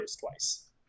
twice